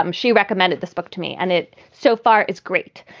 um she recommended this book to me and it so far is great.